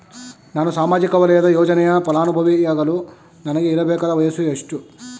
ನಾನು ಸಾಮಾಜಿಕ ವಲಯದ ಯೋಜನೆಯ ಫಲಾನುಭವಿ ಯಾಗಲು ನನಗೆ ಇರಬೇಕಾದ ವಯಸ್ಸು ಎಷ್ಟು?